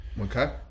Okay